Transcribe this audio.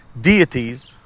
deities